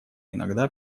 иногда